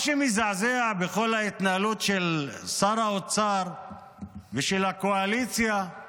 מה שמזעזע בכל ההתנהלות של שר האוצר ושל הקואליציה הוא